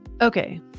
Okay